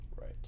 Right